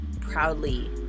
proudly